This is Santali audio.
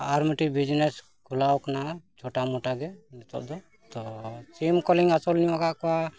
ᱟᱨ ᱢᱤᱫᱴᱤᱡ ᱵᱤᱡᱽᱱᱮᱥ ᱠᱷᱩᱞᱟᱹᱣ ᱠᱟᱱᱟ ᱪᱷᱚᱴᱟ ᱢᱚᱴᱟ ᱜᱮ ᱱᱤᱛᱚᱜ ᱫᱚ ᱛᱚ ᱥᱤᱢ ᱠᱚᱞᱤᱧ ᱟᱹᱥᱩᱞ ᱧᱚᱜ ᱟᱠᱟᱫ ᱠᱚᱣᱟ